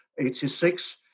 86